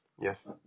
yes